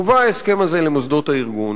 הובא ההסכם הזה למוסדות הארגון,